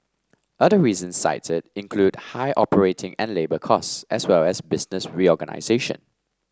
other reasons cited included high operating and labour costs as well as business reorganisation